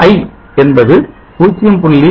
αi என்பது 0